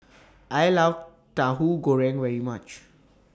I Love Tauhu Goreng very much